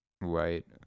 right